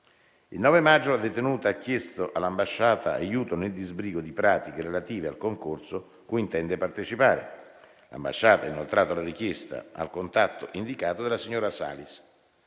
Il 9 maggio la detenuta ha chiesto all'ambasciata aiuto nel disbrigo di pratiche relative al concorso cui intende partecipare. L'ambasciata ha inoltrato la richiesta al contatto indicato dalla signora Salis.